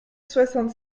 soixante